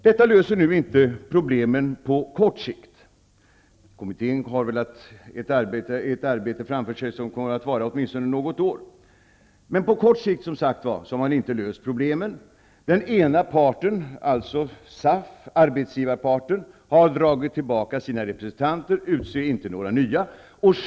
Detta löser inte problemen på kort sikt. Kommittén har ett arbete framför sig som kommer att räcka åtminstone något år. Man har som sagt inte löst problemen på kort sikt. Den ena parten, arbetsgivarparten SAF, har dragit tillbaka sina representanter och utser inte några nya.